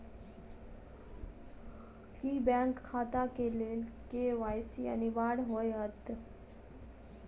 की bank खाता केँ लेल के.वाई.सी अनिवार्य होइ हएत?